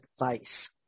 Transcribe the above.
advice